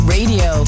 Radio